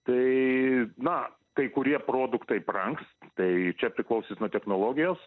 tai na kai kurie produktai brangs tai čia priklausys nuo technologijos